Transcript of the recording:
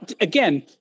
again